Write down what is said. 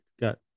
got